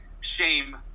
shame